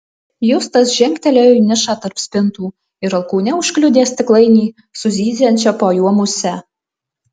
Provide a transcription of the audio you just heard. justas žengtelėjo į nišą tarp spintų ir alkūne užkliudė stiklainį su zyziančia po juo muse